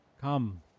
Come